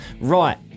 right